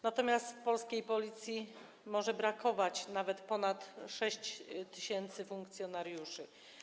Natomiast w polskiej Policji może brakować nawet ponad 6 tys. funkcjonariuszy.